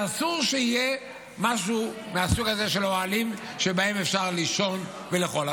שאסור שיהיה משהו מהסוג הזה של אוהלים שבהם אפשר לישון ולאכול?